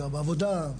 סיוע בעבודה,